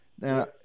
Now